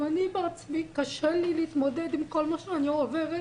גם אני בעצמי קשה לי להתמודד עם כל מה שאני עוברת,